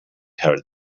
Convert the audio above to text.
heard